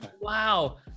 Wow